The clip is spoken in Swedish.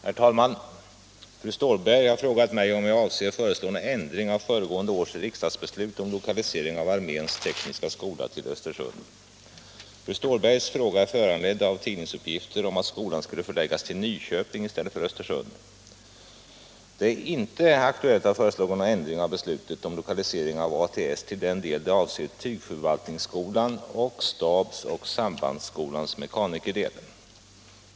Herr talman! Fru Stålberg har frågat mig om jag avser föreslå en ändring av föregående års riksdagsbeslut om lokalisering av arméns tekniska skola till Östersund. Fru Stålbergs fråga är föranledd av tidningsuppgifter om att skolan skulle förläggas till Nyköping i stället för till Östersund. Det är inte aktuellt att föreslå någon ändring av beslutet om lokaliseringen av ATS till den del det avser tygförvaltningsskolan och stabsoch sambandsskolans mekanikerdel.